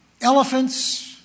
elephants